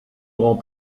rend